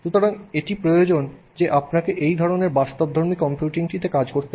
সুতরাং এটি প্রয়োজন যে আপনাকে এইধরনের বাস্তবধর্মী কম্পিউটিংটিতে কাজ করতে হবে